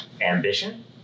ambition